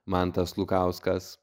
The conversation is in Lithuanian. mantas lukauskas